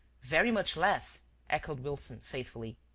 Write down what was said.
very much less, echoed wilson, faithfully.